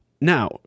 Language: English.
Now